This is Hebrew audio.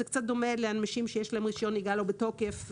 זה קצת דומה לאנשים שיש להם רישיון נהיגה לא בתוקף.